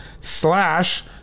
slash